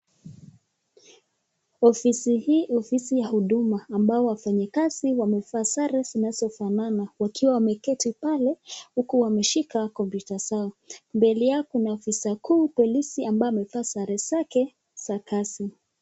Ofisi hii, ofisi ya huduma ambayo wafanyikazi wamevaa sare zinazofanana wakiwa wameketi pale huku wameshika kompyuta zao. Mbele yao kuna afisa kuu polisi ambaye amevaa sare zake za kazi.